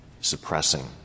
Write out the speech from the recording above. suppressing